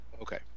Okay